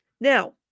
Now